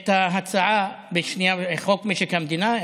את הצעת חוק משק המדינה,